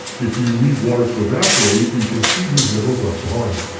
if you leave water to evaporate you can see these minerals left behind.